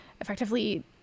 effectively